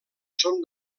són